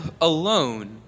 alone